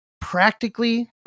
practically